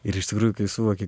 ir iš tikrųjų kai suvoki